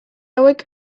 hauek